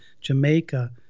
Jamaica